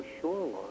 shoreline